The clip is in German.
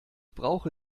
brauche